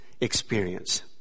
experience